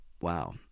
wow